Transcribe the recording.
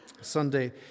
Sunday